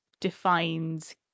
defined